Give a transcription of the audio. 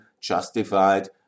justified